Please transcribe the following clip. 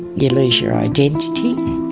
you lose your identity,